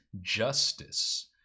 justice